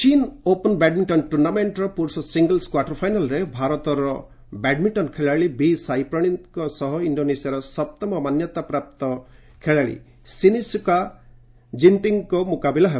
badminton ଆକି ଚୀନ୍ open badminton ଟୁର୍ଣ୍ଣାମେଣ୍ଟର ପୁରୁଷ ସିଙ୍ଗଲ୍ କ୍ୱାର୍ଟର୍ ଫାଇନାଲ୍ରେ ଭାରତର ବ୍ୟାଡ୍ମିଣ୍ଟନ୍ ଖେଳାଳି ବି ସାଇ ପ୍ରଣୀତଙ୍କ ସହ ଇଣ୍ଡୋନେସିଆର ସପ୍ତମ ମାନ୍ୟତାପ୍ରାପ୍ତ ଅନ୍ଥୋନୀ ସିନିସୁକା ଗିନ୍ଟିଙ୍ଗ୍ଙ୍କର ମୁକାବିଲା ହେବ